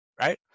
right